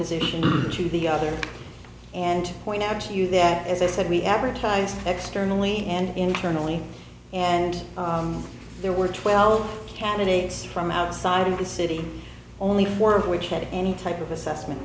position to the other and point out to you that as i said we advertise externally and internally and there were twelve candidates from outside of the city only four of which had any type of assessment